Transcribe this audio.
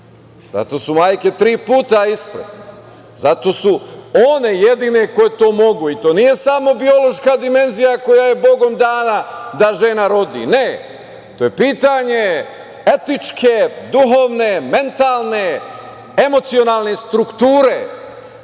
Zato su majke tri puta ispred. Zato su one jedine koje to mogu i to nije samo biološka dimenzija koja je bogom dana da žena rodi, ne, to je pitanje etičke, duhovne, mentalne, emocionalne strukture